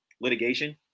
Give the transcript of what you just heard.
litigation